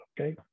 Okay